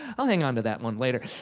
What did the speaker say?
i'll hang onto that one later.